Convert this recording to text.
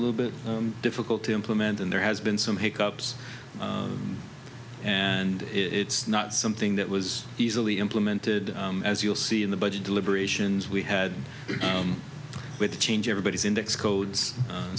little bit difficult to implement and there has been some hick ups and it's not something that was easily implemented as you'll see in the budget deliberations we had with the change everybody's index codes